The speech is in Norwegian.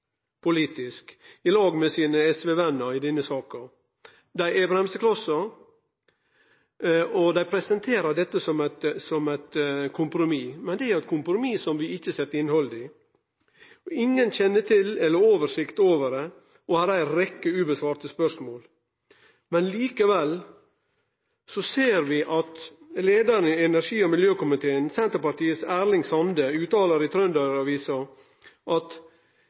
med SV-vennene sine, i denne saka. Dei er bremseklossar. Dei presenterer dette som eit kompromiss, men det er eit kompromiss som vi ikkje har sett innhaldet i. Ingen kjenner til det eller har oversikt over det, og her er ei rekkje spørsmål det ikkje er svart på. Likevel ser vi at leiaren i energi- og miljøkomiteen, Senterpartiets Erling Sande, uttaler i Trønder-Avisa at